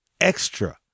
extra